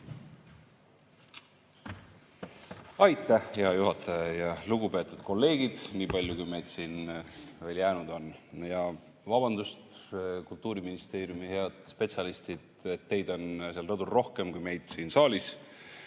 Aitäh, hea juhataja! Lugupeetud kolleegid, nii palju kui meid siia veel jäänud on! Vabandust, Kultuuriministeeriumi head spetsialistid, et teid on seal rõdul rohkem kui meid siin saalis.